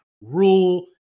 rule